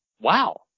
wow